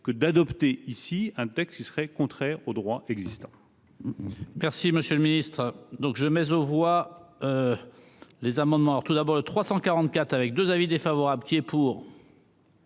que d'adopter ici un texte qui serait contraire au droit en